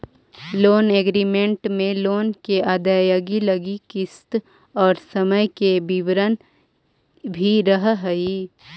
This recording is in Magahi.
लोन एग्रीमेंट में लोन के अदायगी लगी किस्त और समय के विवरण भी रहऽ हई